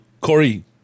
Corey